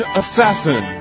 assassin